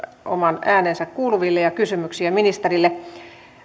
oman äänensä kuuluville ja kysymyksiä ministerille